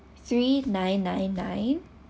three nine nine nine